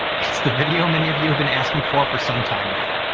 it's the video many of you have been asking for for some time now.